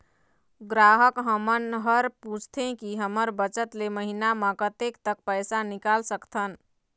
ग्राहक हमन हर पूछथें की हमर बचत ले महीना मा कतेक तक पैसा निकाल सकथन?